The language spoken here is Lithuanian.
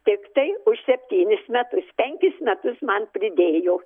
tiktai už septynis metus penkis metus man pridėjo